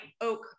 Oak